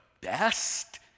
best